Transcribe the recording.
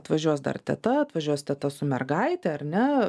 atvažiuos dar teta atvažiuos teta su mergaite ar ne